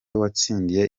watsindiye